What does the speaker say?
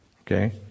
Okay